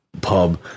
pub